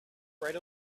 right